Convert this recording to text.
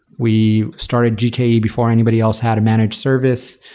we started gke before anybody else had a managed service.